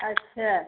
अच्छा